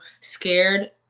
Scared